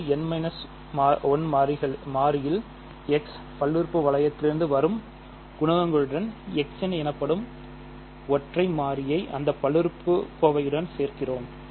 இது n 1 மாறிகளில் x பல்லுறுப்பு வளையத்திலிருந்து வரும் குணகங்களுடன் எனப்படும் ஒற்றை மாறியை அந்த பல்லுறுப்புக்கோவையுடன் சேர்க்கிறோம்